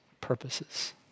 purposes